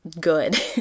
good